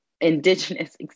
indigenous